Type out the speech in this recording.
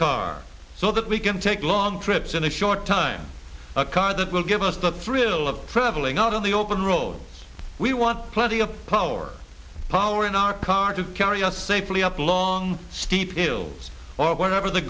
cars so that we can take long trips in a short time a car that will give us the thrill of traveling out on the open road we want to play he of power power in our car to carry us safely up a long steep hill or wherever the